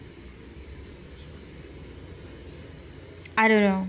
I don't know